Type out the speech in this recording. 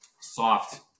soft